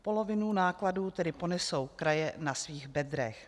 Polovinu nákladů tedy ponesou kraje na svých bedrech.